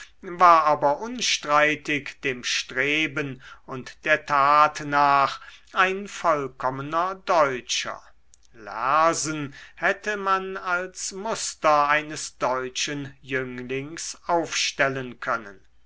war aber unstreitig dem streben und der tat nach ein vollkommener deutscher lersen hätte man als muster eines deutschen jünglings aufstellen können